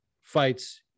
fights